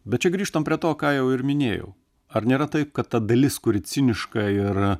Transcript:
bet čia grįžtam prie to ką jau ir minėjau ar nėra taip kad ta dalis kuri ciniška ir